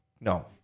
no